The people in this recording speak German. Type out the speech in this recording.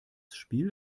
spiel